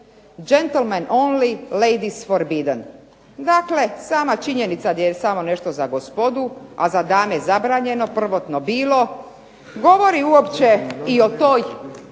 gentlemens only, ladies forbidden. Dakle sama činjenica gdje je samo nešto za gospodu, a za dame zabranjeno prvotno bilo, govori uopće i o toj